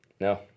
No